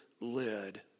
lid